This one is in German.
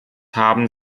haben